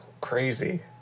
Crazy